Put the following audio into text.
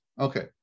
Okay